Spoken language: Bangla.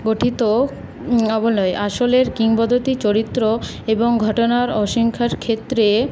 গঠিত অবলয় আসলের কিংবদন্তির চরিত্র এবং ঘটনার অসিংখ্যার ক্ষেত্রে